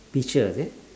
picture is it